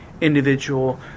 individual